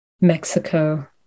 Mexico